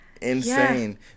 insane